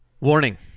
Warning